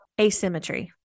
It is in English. asymmetry